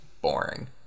boring